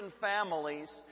families